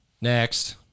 Next